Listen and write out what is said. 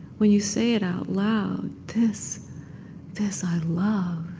when you say it out loud, this this i love,